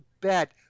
bet